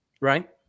Right